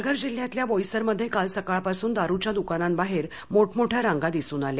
पालघर जिल्ह्यातल्या बोईसरमध्ये काल सकाळपासून दारुच्या दुकानांबाहेर बाहेर मोठमोठ्या रांगा दिसून आल्या